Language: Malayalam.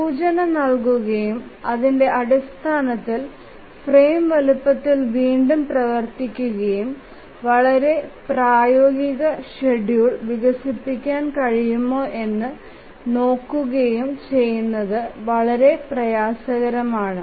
സൂചന നൽകുകയും അതിന്റെ അടിസ്ഥാനത്തിൽ ഫ്രെയിം വലുപ്പത്തിൽ വീണ്ടും പ്രവർത്തിക്കുകയും വളരെ പ്രായോഗിക ഷെഡ്യൂൾ വികസിപ്പിക്കാൻ കഴിയുമോ എന്ന് നോക്കുകയും ചെയ്യുന്നത് വളരെ പ്രയാസകരമല്ല